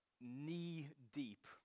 knee-deep